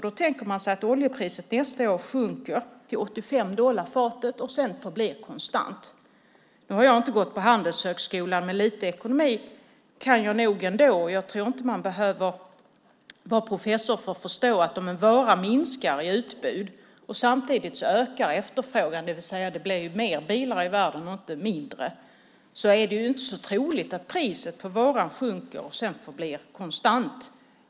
Då tänker man sig att oljepriset nästa år sjunker till 85 dollar fatet och sedan förblir konstant. Nu har jag inte gått på Handelshögskolan, men lite ekonomi kan jag nog ändå. Jag tror inte att man behöver vara professor för att förstå att om en vara minskar i utbud och efterfrågan samtidigt ökar - det vill säga att det blir mer bilar i världen och inte mindre - är det inte så troligt att priset på varan sjunker och sedan förblir konstant.